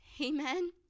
Amen